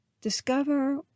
Discover